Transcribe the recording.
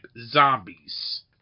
zombies